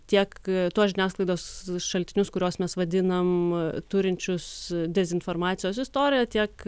tiek tos žiniasklaidos šaltinius kuriuos mes vadinam turinčius dezinformacijos istoriją tiek